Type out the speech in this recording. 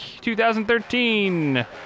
2013